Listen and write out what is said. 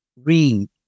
Read